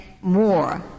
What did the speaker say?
more